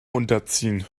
unterziehen